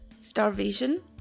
starvation